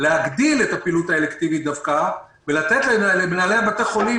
להגדיל את הפעילות האלקטיבית דווקא ולתת למנהלי בתי החולים